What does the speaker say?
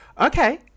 Okay